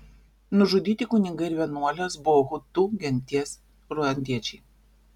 nužudyti kunigai ir vienuolės buvo hutu genties ruandiečiai